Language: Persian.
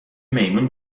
میمون